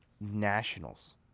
nationals